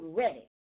ready